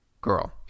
girl